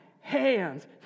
hands